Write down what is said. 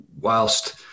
whilst